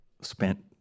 spent